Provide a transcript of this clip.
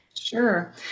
Sure